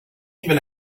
even